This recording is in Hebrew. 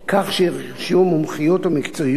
כך שירכשו מומחיות ומקצועיות